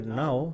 now